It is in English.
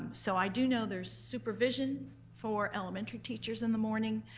so i do know there's supervision for elementary teachers in the morning.